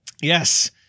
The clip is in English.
Yes